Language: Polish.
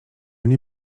nie